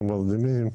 המרדימים.